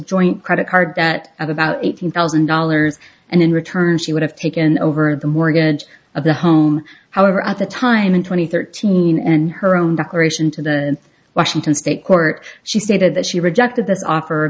joint credit card that at about eighteen thousand dollars and in return she would have taken over of the mortgage of the home however at the time and twenty thirteen and her own declaration to the washington state court she stated that she rejected this offer